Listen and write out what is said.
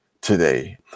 today